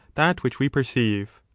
that which we perceive.